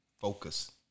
focus